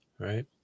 right